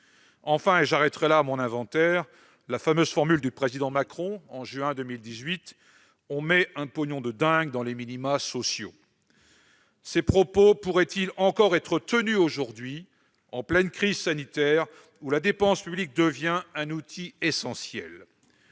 Enfin, et j'arrêterai là mon inventaire, la fameuse formule du président Macron, en juin 2018 :« On met un pognon de dingue dans les minima sociaux ». Ces propos pourraient-ils encore être tenus aujourd'hui, en pleine crise sanitaire où la dépense publique devient un outil essentiel ?